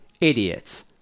idiots